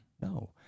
No